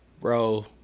bro